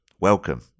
Welcome